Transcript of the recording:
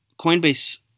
Coinbase